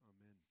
Amen